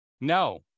No